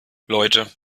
leute